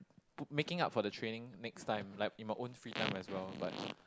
put making up for the training next time like in my own free time as well but